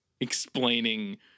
explaining